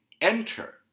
enter